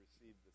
received